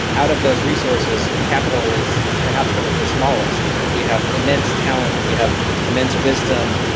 out of those resources, capital is perhaps one of the smallest. we have immense talent, we have immense wisdom,